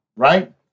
right